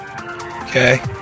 okay